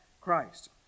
Christ